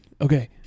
Okay